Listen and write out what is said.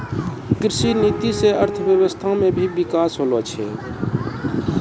कृषि नीति से अर्थव्यबस्था मे भी बिकास होलो छै